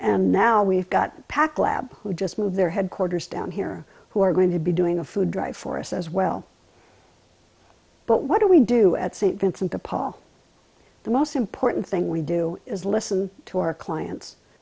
and now we've got packed lab who just moved their headquarters down here who are going to be doing a food drive for us as well but what do we do at st vincent de paul the most important thing we do is listen to our clients